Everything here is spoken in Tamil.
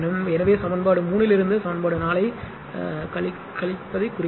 எனவே சமன்பாடு 3 இலிருந்து சமன்பாடு 4 ஐக் கழிப்பதைக் குறிக்கிறது